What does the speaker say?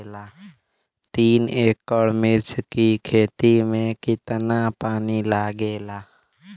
तीन एकड़ मिर्च की खेती में कितना पानी लागेला?